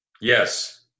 yes